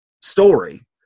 story